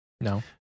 No